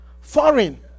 Foreign